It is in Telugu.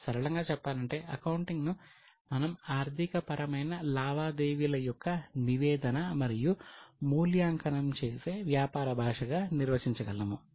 సరళంగా చెప్పాలంటే అకౌంటింగ్ను మనం ఆర్థికపరమైన లావాదేవీల యొక్క నివేదన మరియు మూల్యాంకనం చేసే వ్యాపార భాషగా నిర్వచించగలము